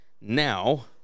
now